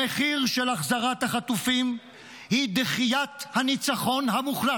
המחיר של החזרת החטופים הוא דחיית הניצחון המוחלט.